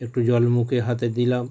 একটু জল মুখে হাতে দিলাম